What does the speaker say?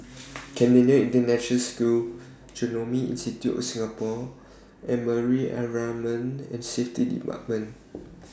Canadian International School Genome Institute of Singapore and Marine Environment and Safety department